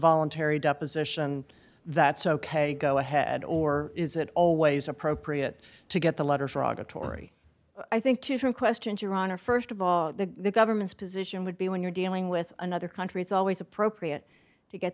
voluntary deposition that's ok go ahead or is it always appropriate to get the letters or auditory i think to some questions your honor st of all the government's position would be when you're dealing with another country it's always appropriate to get